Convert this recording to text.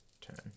turn